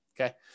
Okay